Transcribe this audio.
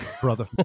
brother